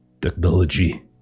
technology